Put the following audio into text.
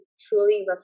truly